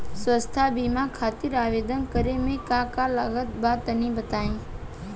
स्वास्थ्य बीमा खातिर आवेदन करे मे का का लागत बा तनि बताई?